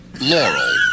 Laurel